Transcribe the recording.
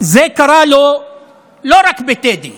זה קרה לו לא רק בטדי,